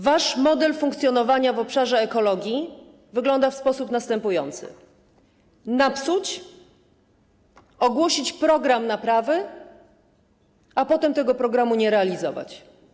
Wasz model funkcjonowania w obszarze ekologii wygląda w sposób następujący: napsuć, ogłosić program naprawy, a potem tego programu nie realizować.